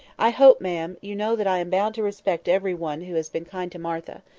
i hope, ma'am, you know that i am bound to respect every one who has been kind to martha.